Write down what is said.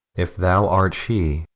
if thou art she,